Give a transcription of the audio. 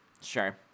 Sure